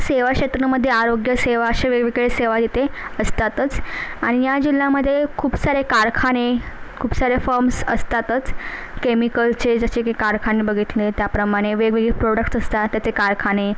सेवा क्षेत्रामध्ये आरोग्य सेवा असे वेगवेगळे सेवा येते असतातच आणि या जिल्ह्यामध्ये खूप सारे कारखाने खूप साऱ्या फर्म्स असतातच केमिकलचे जसे की कारखाने बघितले त्याप्रमाणे वेगवेगळी प्रोडक्ट्स असतात त्याचे कारखाने